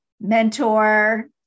mentor